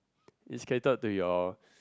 is catered to your